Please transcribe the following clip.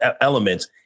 elements